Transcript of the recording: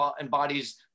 embodies